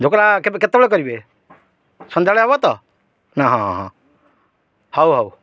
ଢୋକଲା କେତେବେଳେ କରିବେ ସନ୍ଧ୍ୟାବେଳେ ହବ ତ ନା ହଁ ହଁ ହଉ ହଉ